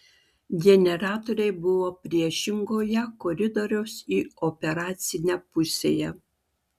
generatoriai buvo priešingoje koridoriaus į operacinę pusėje